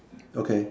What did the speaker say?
okay